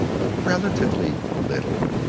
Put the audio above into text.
but relatively little.